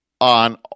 on